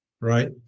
Right